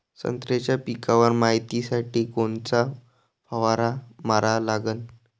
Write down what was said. संत्र्याच्या पिकावर मायतीसाठी कोनचा फवारा मारा लागन?